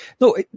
No